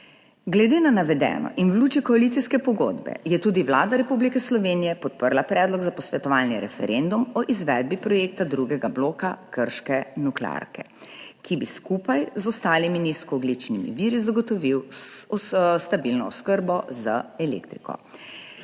Glede na navedeno in v luči koalicijske pogodbe je tudi Vlada Republike Slovenije podprla predlog za posvetovalni referendum o izvedbi projekta drugega bloka krške nuklearke, ki bi skupaj z ostalimi nizkoogljičnimi viri zagotovil stabilno oskrbo z elektriko.